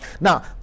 Now